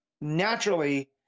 naturally